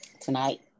tonight